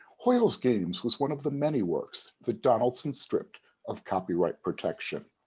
hoyle's games was one of the many works that donaldson stripped of copyright protection.